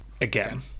Again